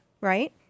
right